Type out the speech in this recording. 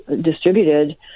distributed